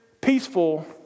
peaceful